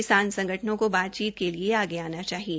किसान संगठनों को बातचीत के लिए आगे आना चाहिए